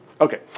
Okay